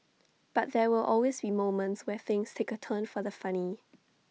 but there will always be moments where things take A turn for the funny